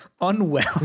unwell